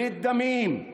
ברית דמים,